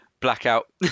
blackout